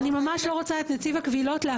אני ממש לא רוצה להפעיל את נציב הקבילות על